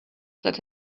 that